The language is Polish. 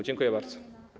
Dziękuję bardzo.